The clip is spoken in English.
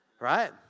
right